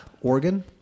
Oregon